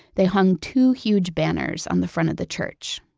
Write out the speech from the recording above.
they hung two huge banners on the front of the church.